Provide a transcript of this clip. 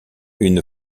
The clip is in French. une